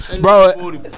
Bro